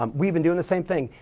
um we've been doing the same thing.